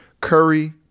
curry